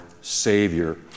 Savior